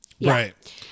Right